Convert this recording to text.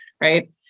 right